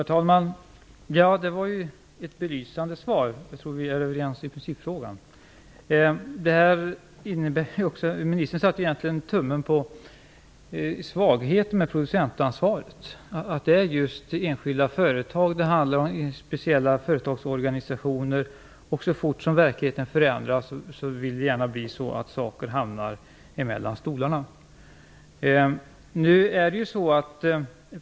Herr talman! Det var ett belysande svar. Jag tror att vi är överens i principfrågan. Egentligen satte ministern tummen på svagheten i producentansvaret. Det gäller alltså just enskilda företag och speciella företagsorganisationer. Så fort verkligheten förändras hamnar saker gärna mellan stolarna.